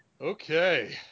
Okay